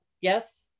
Yes